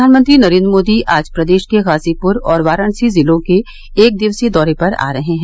प्रधानमंत्री नरेन्द्र मोदी आज प्रदेश के गाजीपुर और वाराणसी जिलों के एक दिवसीय दौरे पर आ रहे हैं